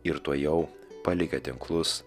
ir tuojau palikę tinklus